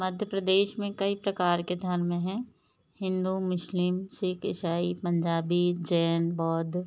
मध्य प्रदेश में कई प्रकार के धर्म है हिंदू मुस्लिम सिख इसाई पंजाबी जैन बौद्ध